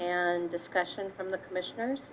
and discussions from the commissioners